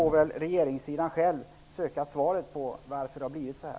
Regeringssidan får väl själv söka svaret på frågan varför det har blivit så här.